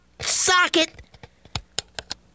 socket